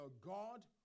God